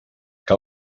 que